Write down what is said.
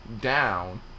down